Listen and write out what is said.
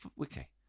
okay